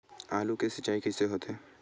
आलू के सिंचाई कइसे होथे?